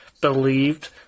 believed